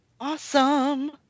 awesome